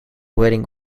wedding